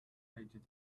aged